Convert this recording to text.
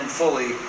fully